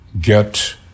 get